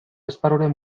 esparruren